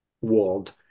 world